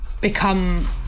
become